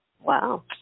Wow